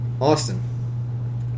Austin